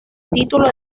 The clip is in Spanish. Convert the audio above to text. título